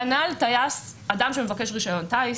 כנ"ל אדם שמבקש רישיון טיס,